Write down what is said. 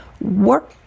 work